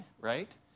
right